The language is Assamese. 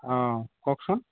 অঁ কওকচোন